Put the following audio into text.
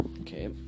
Okay